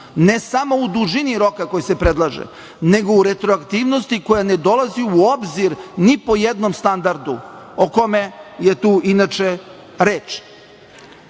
ne samo u dužini roka koji se predlaže, nego u retroaktivnosti koja ne dolazi u obzir ni po jednom standardu o kome je tu inače